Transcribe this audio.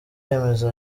yemeza